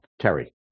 Terry